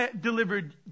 delivered